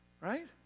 right